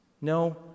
No